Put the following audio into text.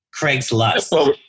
Craigslist